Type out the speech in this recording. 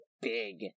big